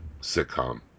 sitcom